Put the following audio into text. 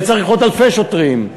וצריך עוד אלפי שוטרים.